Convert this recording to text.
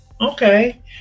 okay